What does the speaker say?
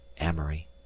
amory